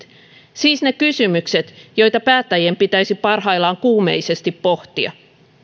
siis ne kysymykset joita päättäjien pitäisi parhaillaan kuumeisesti pohtia